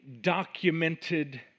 documented